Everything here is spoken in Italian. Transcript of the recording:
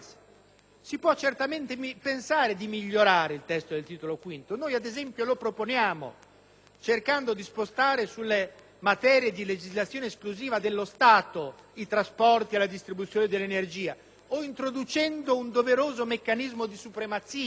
Si può certamente pensare di migliorare il testo del Titolo V. Noi, ad esempio, lo proponiamo, prevedendo di spostare tra le materie di legislazione esclusiva dello Stato i trasporti e la distribuzione dell'energia e introducendo un doveroso meccanismo di supremazia